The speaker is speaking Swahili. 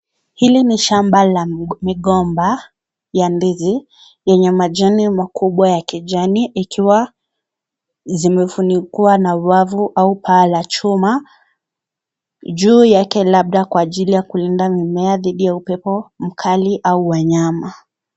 Hili ni shamba la migomba ya ndizi, yenye majani makubwa ya kijani ikiwa zimefunikwa na wavu au paa la chuma juu yake labda kwa ajili ya kulinda mimea dhidi ya upepo mkali au wanyama